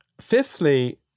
Fifthly